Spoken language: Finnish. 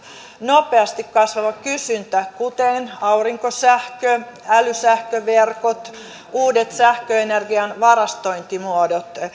nopeasti kasvava kysyntä kuten aurinkosähkö älysähköverkot uudet sähköenergian varastointimuodot